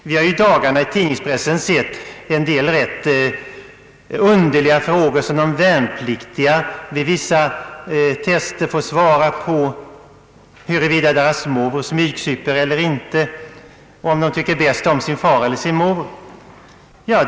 Vi har i dagarna i tidningspressen sett en del rätt underliga frågor som de värnpliktiga får svara på vid vissa test — huruvida deras mor super eller inte, om de tycker bäst om sin far eller sin mor, etc.